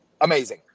amazing